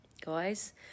guys